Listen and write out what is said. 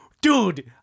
dude